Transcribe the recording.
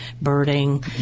birding